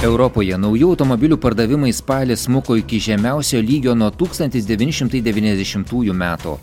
europoje naujų automobilių pardavimai spalį smuko iki žemiausio lygio nuo tūkstantis devyni šimtai devyniasdešimtųjų metų